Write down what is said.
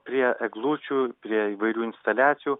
prie eglučių prie įvairių instaliacijų